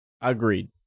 Agreed